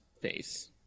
face